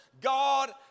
God